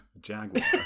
Jaguar